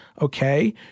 okay